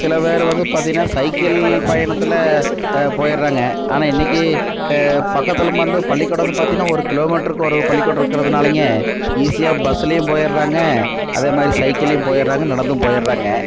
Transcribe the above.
சில பேரு வந்து பார்த்தீனா சைக்கிள் பயணத்தில் போயிடுறாங்க ஆனால் இன்றைக்கு பக்கத்துலம் வந்து பள்ளிக்கூடம் வந்து பார்த்தீனா ஒரு கிலோ மீட்டருக்கு ஒரு பள்ளிக்கூடம் இருக்கிறதுனாலைங்க ஈஸியாக பஸ்ஸுலேயும் போயிடுறாங்க அதே மாதிரி சைக்கிள்லேயும் போயிடுறாங்க நடந்தும் போயிடுறாங்க